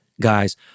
Guys